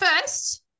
first